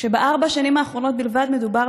כשבארבע השנים האחרונות בלבד מדובר